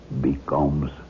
becomes